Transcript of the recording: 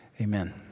Amen